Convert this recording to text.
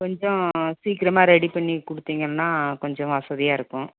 கொஞ்சம் சீக்கிரமாக ரெடி பண்ணி கொடுத்தீங்கன்னா கொஞ்சம் வசதியாக இருக்கும்